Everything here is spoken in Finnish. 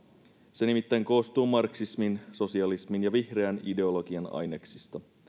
se nimittäin koostuu marxismin sosialismin ja vihreän ideologian aineksista